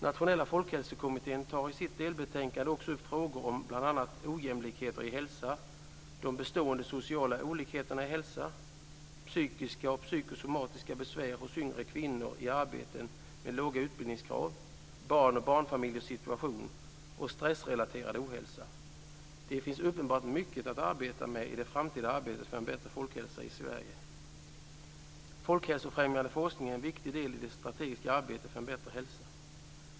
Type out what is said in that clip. Nationella folkhälsokommittén tar i sitt delbetänkande också upp frågor om bl.a. ojämlikheter i hälsa, de bestående sociala olikheterna i hälsa, de psykiska och psykosomatiska besvären hos yngre kvinnor i arbeten med låga utbildningskrav, barn och barnfamiljers situation och stressrelaterad ohälsa. Det finns uppenbart mycket att arbeta med i det framtida arbetet för en bättre folkhälsa i Sverige. Hälsofrämjande forskning är en viktig del i det strategiska arbetet för en bättre hälsa.